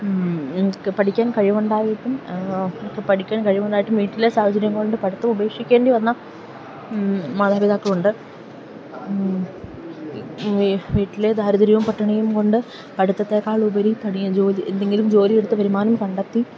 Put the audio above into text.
പഠിക്കാൻ കഴിവുണ്ടായിട്ടും തനിക്കു പഠിക്കാൻ കഴിവുണ്ടായിട്ടും വീട്ടിലെ സാഹചര്യം കൊണ്ട് പഠിത്തം ഉപേക്ഷിക്കേണ്ടിവന്ന മാതാപിതാക്കളുണ്ട് വീട്ടിലെ ദാരിദ്ര്യവും പട്ടിണിയും കൊണ്ട് പഠിത്തത്തേക്കാളുപരി എന്തെങ്കിലും ജോലിയെടുത്തു വരുമാനം കണ്ടെത്തി